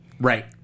right